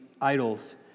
idols